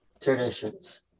traditions